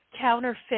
counterfeit